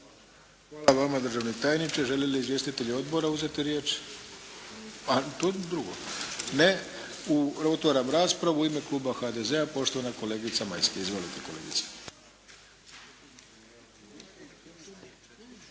Hvala vama državni tajniče. Žele li izvjestitelji odbora uzeti riječ? Ne. Otvaram raspravu. U ime kluba HDZ-a, poštovana kolegica Majska. Izvolite kolegice.